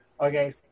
Okay